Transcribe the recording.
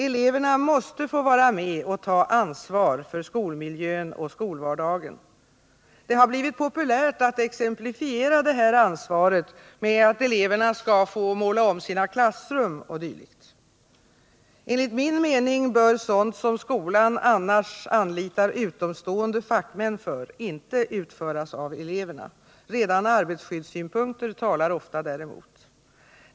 Eleverna måste få vara med och ta ansvar för skolmiljön och skolvardagen. Det har blivit populärt att exemplifiera detta ansvar med att eleverna skall få måla om sina klassrum o. d. Enligt min mening bör sådant, som skolan annars anlitar utomstående fackmän för, inte utföras av eleverna. Redan arbetarskyddssynpunkter talar ofta däremot.